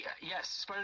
Yes